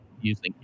using